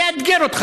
מאתגר אותך,